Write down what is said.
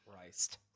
christ